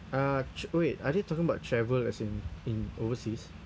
uh ch~ wait are they talking about travel as in in overseas